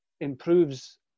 improves